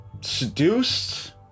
seduced